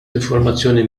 informazzjoni